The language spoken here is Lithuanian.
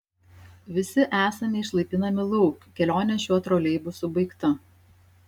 visi esame išlaipinami lauk kelionė šiuo troleibusu baigta